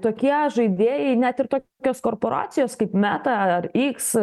tokie žaidėjai net ir tokios korporacijas kaip meta ar iks